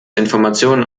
information